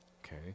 okay